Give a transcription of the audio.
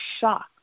shocked